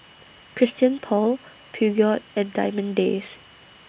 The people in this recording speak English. Christian Paul Peugeot and Diamond Days